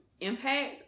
impact